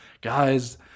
guys